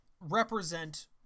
represent